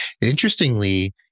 Interestingly